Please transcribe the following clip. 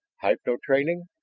hypno-training!